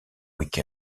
week